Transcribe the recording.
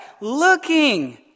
Looking